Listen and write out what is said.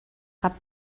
cap